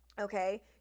okay